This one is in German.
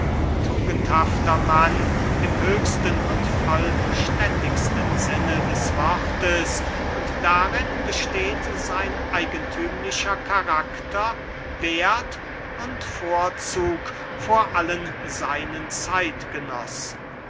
tugendhafter mann im höchsten und vollständigsten sinne des wortes und darin besteht sein eigenthümlicher karakter werth und vorzug vor allen seinen zeitgenossen